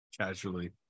casually